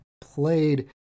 played